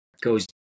goes